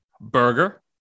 Burger